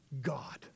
God